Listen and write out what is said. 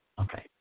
Okay